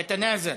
יתנאזל,